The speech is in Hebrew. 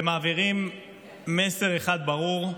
ומעבירים מסר אחד ברור: